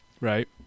Right